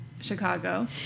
Chicago